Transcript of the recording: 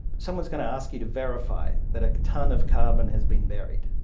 someone is going to ask you to verify that a tonne of carbon has been buried.